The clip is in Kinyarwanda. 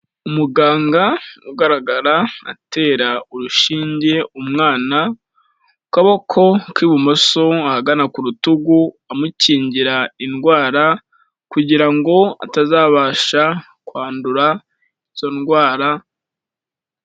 Umuganga ugaragara atera urushinge umwana, mu kaboko k'ibumoso ahagana ku rutugu, amukingira indwara kugira ngo atazabasha kwandura izo ndwara.